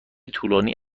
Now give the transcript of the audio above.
طولانی